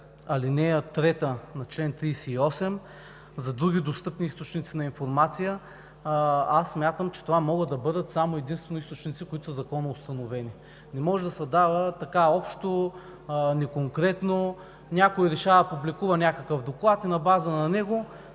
ал. 3 на чл. 38 – за други достъпни източници на информация, смятам, че това могат да бъдат само и единствено източници, които са законово установени. Не може да се дава така общо, неконкретно – някой решава, публикува някакъв доклад и на базата на него